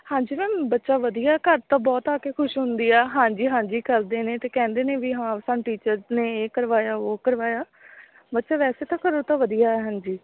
ਹਾਂਜੀ ਮੈਮ ਬੱਚਾ ਵਧੀਆ ਘਰ ਤਾਂ ਬਹੁਤ ਆ ਕੇ ਖੁਸ਼ ਹੁੰਦੀ ਆ ਹਾਂਜੀ ਹਾਂਜੀ ਕਰਦੇ ਨੇ ਅਤੇ ਕਹਿੰਦੇ ਨੇ ਵੀ ਹਾਂ ਸਾਨੂੰ ਟੀਚਰ ਨੇ ਇਹ ਕਰਵਾਇਆ ਉਹ ਕਰਵਾਇਆ ਮਤਲਬ ਵੈਸੇ ਤਾਂ ਘਰੋਂ ਤਾਂ ਵਧੀਆ ਹਾਂਜੀ